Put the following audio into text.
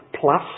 plus